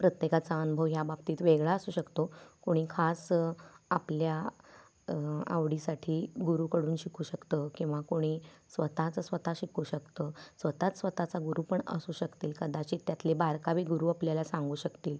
प्रत्येकाचा अनुभव ह्या बाबतीत वेगळा असू शकतो कोणी खास आपल्या आवडीसाठी गुरूकडून शिकू शकतं किंवा कोणी स्वतःचं स्वतः शिकू शकतं स्वतःच स्वतःचा गुरू पण असू शकतील कदाचित त्यातले बारकावे गुरू आपल्याला सांगू शकतील